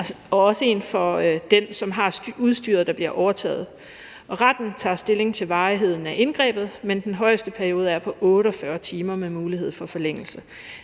og også en for den, som har udstyret, der bliver overtaget. Retten tager stilling til varigheden af indgrebet, men den længste periode er på 48 timer med mulighed for forlængelse.